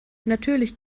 natürlich